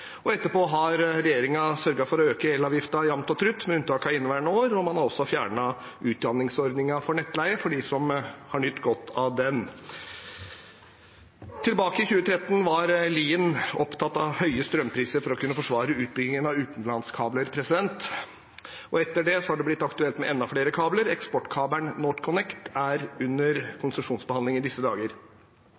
og etterpå har regjeringen sørget for å øke elavgiften jevnt og trutt, med unntak av inneværende år. Man har også fjernet utjevningsordningen for nettleie for dem som har nytt godt av den. Tilbake i 2013 var Lien opptatt av høye strømpriser for å kunne forsvare utbyggingen av utenlandskabler, og etter det har det blitt aktuelt med enda flere kabler. Eksportkabelen NorthConnect er under konsesjonsbehandling i disse dager.